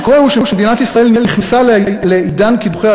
מה שקורה הוא שמדינת ישראל נכנסה לעידן קידוחי